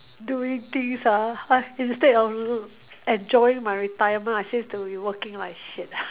doing things ah ah instead of enjoying my retirement I seem to be working like shit